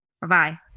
Bye-bye